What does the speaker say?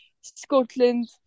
Scotland